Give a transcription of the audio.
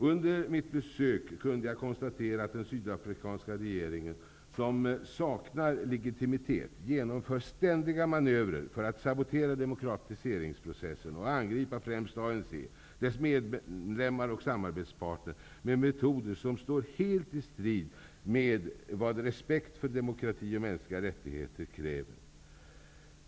Under mitt besök kunde jag konstatera att den sydafrikanska regeringen, som saknar legitimitet, genomför ständiga manövrer för att sabotera demokratiseringsprocessen och angripa främst ANC, dess medlemmar och samarbetspartner med metoder som står helt i strid mot vad respekt för demokrati och mänskliga rättigheter kräver.